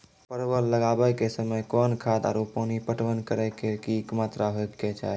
परवल लगाबै के समय कौन खाद आरु पानी पटवन करै के कि मात्रा होय केचाही?